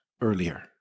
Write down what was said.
earlier